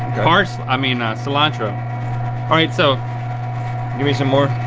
pars, i mean cilantro. all right so give me some more.